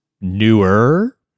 newer